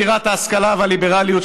בירת השכלה והליברליות,